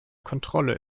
kontrolle